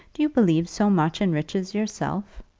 do you believe so much in riches yourself?